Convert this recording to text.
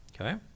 Okay